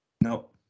No